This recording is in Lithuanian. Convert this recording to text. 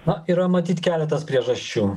na yra matyt keletas priežasčių